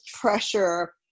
pressure